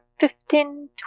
fifteen